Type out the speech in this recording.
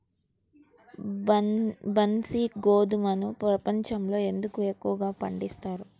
బన్సీ గోధుమను ప్రపంచంలో ఎందుకు ఎక్కువగా పండిస్తారు?